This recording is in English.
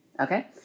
Okay